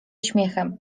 śmiechem